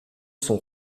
sont